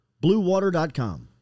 BlueWater.com